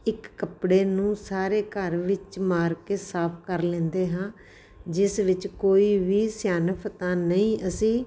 ਇੱਕ ਕੱਪੜੇ ਨੂੰ ਸਾਰੇ ਘਰ ਵਿੱਚ ਮਾਰ ਕੇ ਸਾਫ਼ ਕਰ ਲੈਂਦੇ ਹਾਂ ਜਿਸ ਵਿੱਚ ਕੋਈ ਵੀ ਸਿਆਣਪਤਾ ਨਹੀਂ ਅਸੀਂ